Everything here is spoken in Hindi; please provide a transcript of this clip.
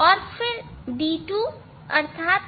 और फिर d2 अर्थात